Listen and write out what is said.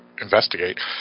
investigate